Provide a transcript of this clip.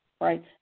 right